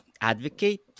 advocate